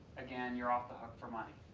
again you're off the hook for money.